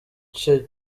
iki